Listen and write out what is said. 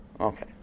Okay